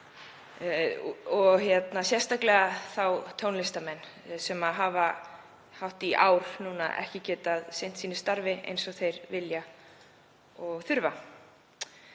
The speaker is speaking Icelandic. og sérstaklega tónlistarmenn sem hafa hátt í ár núna ekki getað sinnt sínu starfi eins og þeir vilja og þurfa.